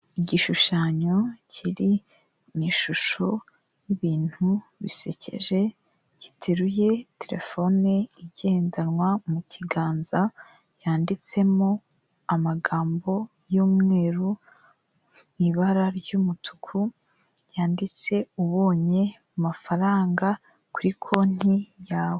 Igishushanyo kiri mu ishusho y'ibintu bisekeje, giteruye terefone igendanwa mu kiganza, yanditsemo amagambo y'umweru mu ibara ry'umutuku yanditse, ubonye amafaranga kuri konti yawe.